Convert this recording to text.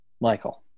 Michael